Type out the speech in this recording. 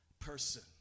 person